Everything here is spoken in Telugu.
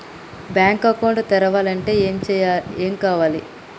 బ్యాంక్ అకౌంట్ తెరవాలంటే ఏమేం కావాలి?